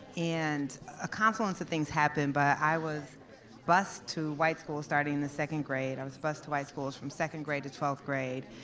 and a confluence of things happened. but i was bused to white schools starting in the second grade, i was bused to white schools from second grade to twelfth grade,